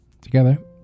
together